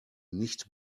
nicht